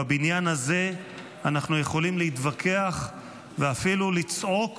בבניין הזה אנחנו יכולים להתווכח ואפילו לצעוק